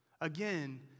Again